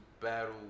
battle